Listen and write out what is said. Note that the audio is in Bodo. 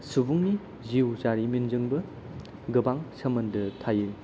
सुबुंनि जिउ जारिमिनजोंबो गोबां सोमोन्दो थायो